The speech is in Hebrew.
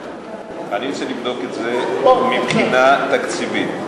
אני אנסה לבדוק את זה מבחינה תקציבית.